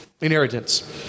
inheritance